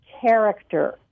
character